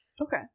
Okay